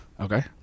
Okay